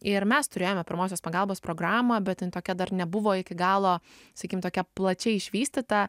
ir mes turėjome pirmosios pagalbos programą bet jin tokia dar nebuvo iki galo sakykim tokia plačiai išvystyta